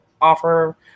offer